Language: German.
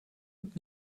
und